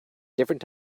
different